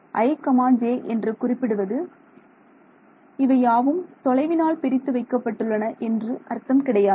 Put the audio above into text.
i j என்று குறிப்பிடுவது இவையாவும் தொலைவினால் பிரித்து வைக்கப்பட்டுள்ளன என்று அர்த்தம் கிடையாது